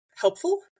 helpful